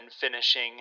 finishing